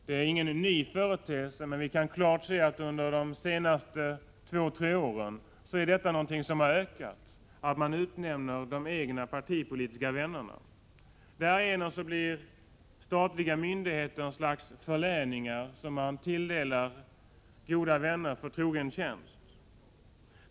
Det är inte någon ny företeelse, men vi kan klart se att detta under de senaste två tre åren är något som har ökat, dvs. att man utnämner de egna partipolitiska vännerna. Därigenom blir statliga myndigheter ett slags förläningar som man tilldelar goda vänner för trogen tjänst.